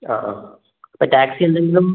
ആ ആ അപ്പോൾ ടാക്സി എന്തെങ്കിലും